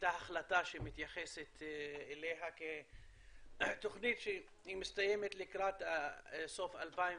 הייתה החלטה שמתייחסת אליה כתוכנית שמסתיימת לקראת סוף 2020,